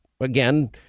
again